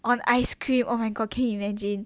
on ice cream oh my god can you imagine